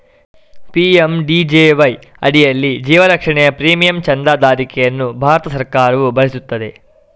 PMJDY ಅಡಿಯಲ್ಲಿ ಜೀವ ರಕ್ಷಣೆಯ ಪ್ರೀಮಿಯಂ ಚಂದಾದಾರಿಕೆಯನ್ನು ಭಾರತ ಸರ್ಕಾರವು ಭರಿಸುತ್ತದೆ